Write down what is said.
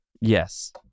Yes